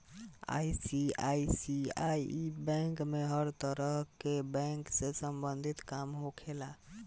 ICICI bank में हर तरह के बैंक से सम्बंधित काम होखेला